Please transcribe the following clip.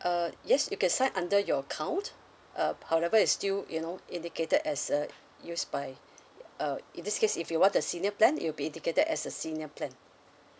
uh yes you can sign under your account uh however it's still you know indicated as uh used by uh in this case if you want the senior plan it will be indicated as a senior plan